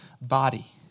body